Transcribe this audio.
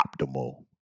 optimal